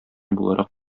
буларак